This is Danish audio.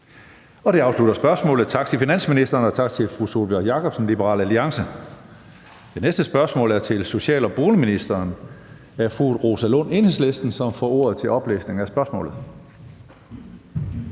Det afslutter spørgsmålet. Tak til finansministeren, og tak til fru Sólbjørg Jakobsen, Liberal Alliance. Det næste spørgsmål er til social- og boligministeren af fru Rosa Lund, Enhedslisten, som får ordet til oplæsning af spørgsmålet.